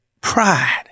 pride